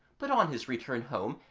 but on his return home,